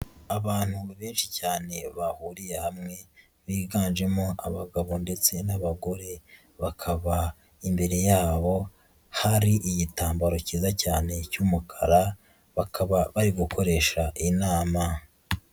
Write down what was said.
Abantu benshi cyane bahuriye hamwe biganjemo abagabo ndetse n'abagore bakaba imbere yabo hari igitambaro kiza cyane cy'umukara, bakaba bari gukoresha inama.